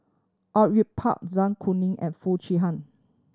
Au Yue Pak Zai Kuning and Foo Chee Han